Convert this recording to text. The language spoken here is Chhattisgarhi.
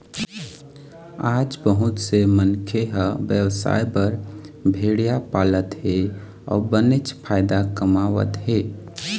आज बहुत से मनखे ह बेवसाय बर भेड़िया पालत हे अउ बनेच फायदा कमावत हे